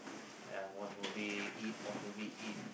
ya watch movie eat watch movie eat